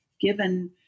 given